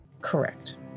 Correct